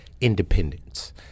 independence